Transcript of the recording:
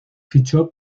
fichó